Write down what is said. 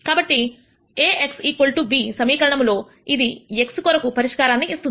కాబట్టి A x b సమీకరణము లో ఇది x కొరకు పరిష్కారాన్ని ఇస్తుంది